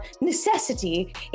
necessity